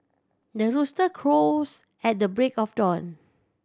the rooster crows at the break of dawn